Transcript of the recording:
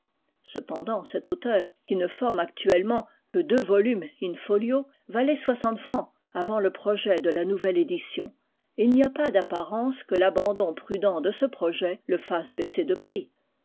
cependant cet auteur qui ne forme actuellement que deux volumes in-folio valait soixante francs avant le projet de la nouvelle édition et il n'y a pas d'apparence que l'abandon prudent de ce projet le fasse baisser de prix